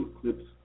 clips